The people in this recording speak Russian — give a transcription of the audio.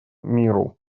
миру